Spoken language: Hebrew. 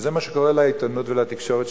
וזה מה שקורה לעיתונות ולתקשורת,